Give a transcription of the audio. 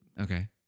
Okay